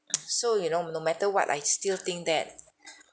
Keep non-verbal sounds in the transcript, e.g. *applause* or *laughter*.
*noise* so you know no matter what I still think that *breath*